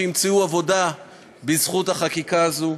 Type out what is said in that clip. שימצאו עבודה בזכות החקיקה הזאת,